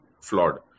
flawed